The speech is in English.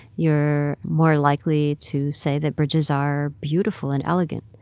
you're more likely to say that bridges are beautiful and elegant.